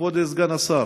כבוד סגן השר,